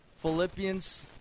Philippians